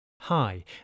Hi